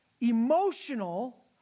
emotional